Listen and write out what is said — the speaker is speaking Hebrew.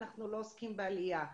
אנחנו לא עוסקים בעלייה.